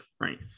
Right